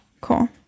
Cool